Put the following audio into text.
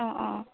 অঁ অঁ